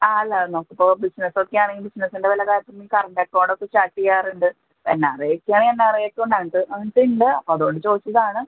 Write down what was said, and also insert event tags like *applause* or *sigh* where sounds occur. ആ അല്ല നമുക്ക് ഇപ്പോൾ ബിസിനസ്സ് ഒക്കെ ആണെങ്കിൽ ബിസിനസ്സിൻ്റെ വല്ല കാര്യത്തിനും കറണ്ട് അക്കൗണ്ട് ഒക്കെ സ്റ്റാർട്ട് ചെയ്യാറുണ്ട് എൻ ആർ ഐ ഒക്കെ ആണെങ്കിൽ എൻ ആർ ഐ അക്കൗണ്ട് *unintelligible* ഉണ്ട് അപ്പം അതുകൊണ്ട് ചോദിച്ചത് ആണ്